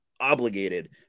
obligated